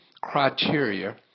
criteria